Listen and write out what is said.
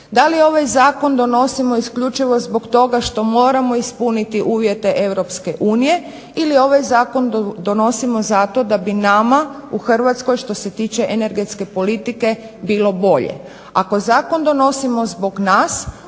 Da li ovaj zakon donosimo isključivo zbog toga što moramo ispuniti uvjete Europske unije ili ovaj zakon donosimo zato da bi nama u Hrvatskoj što se tiče energetske politike bilo bolje.